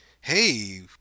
hey